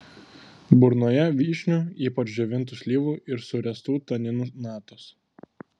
burnoje vyšnių ypač džiovintų slyvų ir suręstų taninų natos